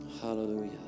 Hallelujah